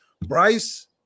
Bryce